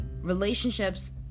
Relationships